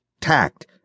tact